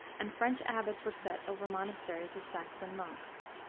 and french abbots were set over monasteries of saxon monks.